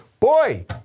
Boy